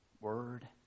word